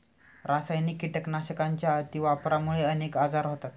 रासायनिक कीटकनाशकांच्या अतिवापरामुळे अनेक आजार होतात